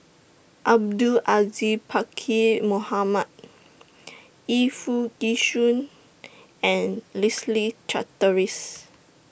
Abdul Aziz Pakkeer Mohamed Yu Foo Yee Shoon and Leslie Charteris